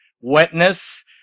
wetness